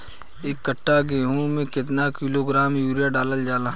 एक कट्टा गोहूँ में केतना किलोग्राम यूरिया डालल जाला?